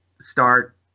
start